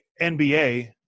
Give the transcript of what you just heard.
NBA –